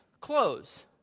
clothes